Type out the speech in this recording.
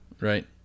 right